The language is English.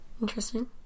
Interesting